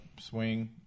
swing